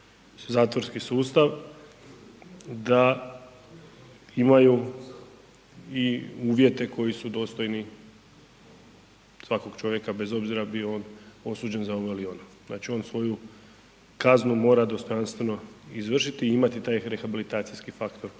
zatvorski sustav, da imaju i uvjete koji su dostojni svakog čovjeka bez obzira bio on osuđen za ovo ili ono. Znači, on svoju kaznu mora dostojanstveno izvršiti i imati taj rehabilitacijski faktor